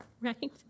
Right